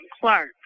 Clark